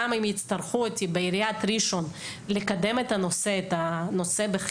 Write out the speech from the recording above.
גם אם יצטרכו אותי בעיריית ראשון לקדם את הנושא בחינוך.